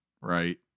right